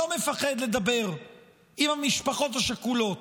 לא מפחד לדבר עם המשפחות השכולות.